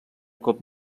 cop